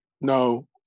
No